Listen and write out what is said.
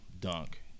dunk